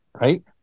right